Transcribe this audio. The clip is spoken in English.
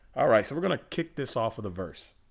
alright so we're gonna kick this off of the verse